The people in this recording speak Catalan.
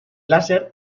làser